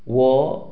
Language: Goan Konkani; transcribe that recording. हो